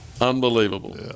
Unbelievable